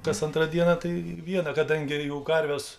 kas antrą dieną tai viena kadangi jau karvės